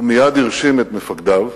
הוא מייד הרשים את מפקדיו,